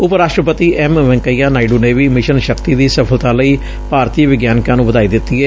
ਉਪ ਰਾਸ਼ਟਰਪਤੀ ਐਮ ਵੈਕਈਆ ਨਾਇਡੂ ਨੇ ਵੀ ਮਿਸ਼ਨ ਸ਼ਕਤੀ ਦੀ ਸਫ਼ਲਤਾ ਲਈ ਭਾਰਤੀ ਵਿਗਿਆਨਕਾਂ ਨੂੰ ਵਧਾਈ ਦਿੱਤੀ ਏ